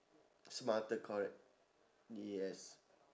smarter correct yes